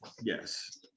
Yes